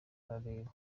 arebera